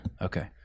Okay